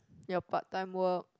your part time work